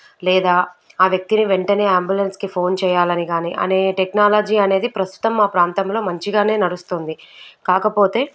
లేదా ఆ వ్యక్తిని వెంటనే అబులెన్స్కి ఫోన్ చెయ్యాలని గానీ అనే టెక్నాలజీ అనేది ప్రస్తుతం మా ప్రాంతంలో మంచిగానే నడుస్తుంది కాకపోతే